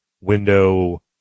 window